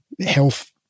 health